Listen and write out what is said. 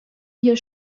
your